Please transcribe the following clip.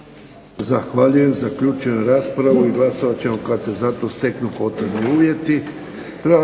Zahvaljujem. Zaključujem raspravu i glasovat ćemo kad se za to steknu potrebni uvjeti.